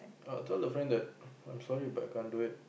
ah tell the friend that I'm sorry but I can't do it